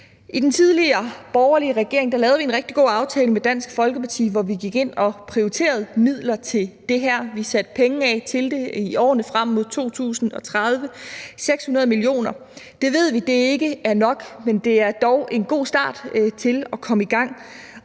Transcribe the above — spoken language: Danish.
I den tidligere borgerlige regering lavede vi en rigtig god aftale med Dansk Folkeparti, hvor vi gik ind og prioriterede midler til det her. Vi satte penge af til det i årene frem mod 2030 – 600 mio. kr. Det ved vi ikke er nok, men det er dog en god start til at komme i gang,